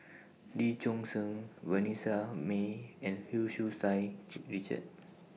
Lee Choon Seng Vanessa Mae and Hu Tsu Tau She Richard